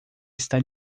está